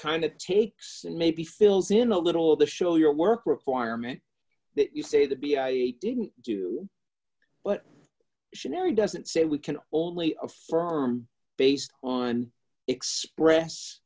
kind of takes and maybe fills in a little of the show your work requirement that you say the b i didn't do but she never doesn't say we can only affirm based on express